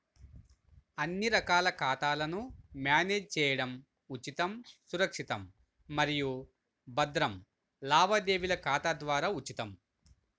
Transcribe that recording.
అన్ని రకాల ఖాతాలను మ్యానేజ్ చేయడం ఉచితం, సురక్షితం మరియు భద్రం లావాదేవీల ఖాతా ద్వారా ఉచితం